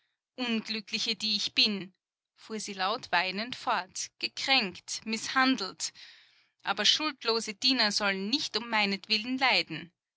unglückliche die ich bin fuhr sie laut weinend fort gekränkt mißhandelt aber schuldlose diener sollen nicht um meinetwillen leiden